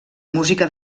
música